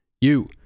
You